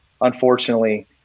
unfortunately